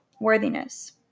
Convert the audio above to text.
worthiness